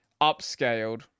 upscaled